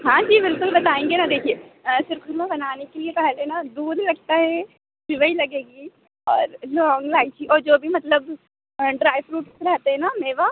हाँ जी बिल्कुल बताएँगे ना देखिए सिरखुरमा बनाने के लिए पहले ना दूध लगता है सेवई लगेगी और लौंग इलाइची और जो भी मतलब ड्राई फ्रूट्स रहते हैं ना मेवा